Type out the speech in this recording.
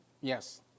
Yes